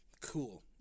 Cool